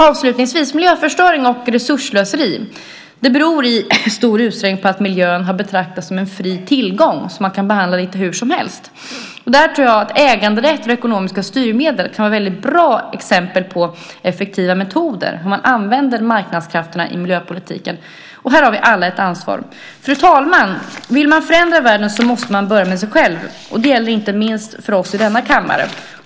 Avslutningsvis vill jag säga att miljöförstöring och resursslöseri i stor utsträckning beror på att miljön har betraktas som en fri tillgång som man kan behandla lite hur som helst. Där tror jag att äganderätt till ekonomiska styrmedel kan vara ett väldigt bra exempel på effektiva metoder och hur man använder marknadskrafterna i miljöpolitiken. Här har vi alla ett ansvar. Fru talman! Vill man förändra världen måste man börja med sig själv. Det gäller inte minst för oss i denna kammare.